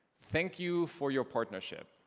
thank you for your partnership,